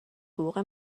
حقوق